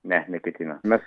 ne neketina mes